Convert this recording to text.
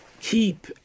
keep